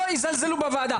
לא יזלזלו בוועדה.